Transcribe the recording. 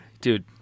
dude